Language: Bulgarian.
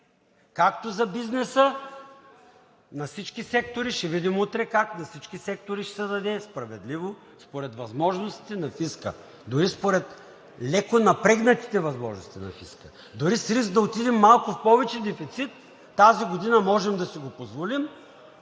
както за бизнеса, за всички сектори, ще видим утре как – на всички сектори ще се даде справедливо според възможностите на фиска, дори според леко напрегнатите възможности на фиска. Дори с риск да отидем малко повече в дефицит тази година, можем да си го позволим